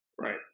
Right